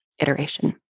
iteration